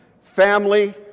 family